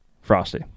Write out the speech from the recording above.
Frosty